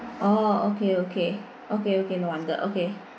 orh okay okay okay okay no wonder okay